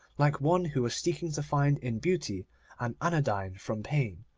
like one who was seeking to find in beauty an anodyne from pain,